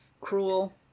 cruel